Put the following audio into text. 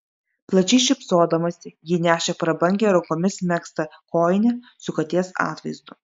plačiai šypsodamasi ji nešė prabangią rankomis megztą kojinę su katės atvaizdu